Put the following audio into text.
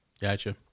gotcha